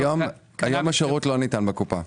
היום השירות לא ניתן בקופה.